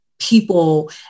people